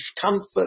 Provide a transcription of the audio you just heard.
comfort